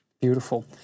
Beautiful